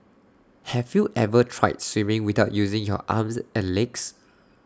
have you ever tried swimming without using your arms and legs